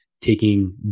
taking